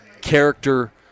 character